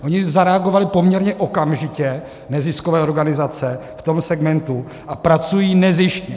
Ony zareagovaly poměrně okamžitě, neziskové organizace v tom segmentu, a pracují nezištně.